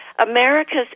America's